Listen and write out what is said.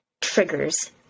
triggers